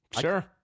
Sure